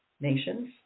nations